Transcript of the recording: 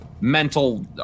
mental